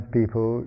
people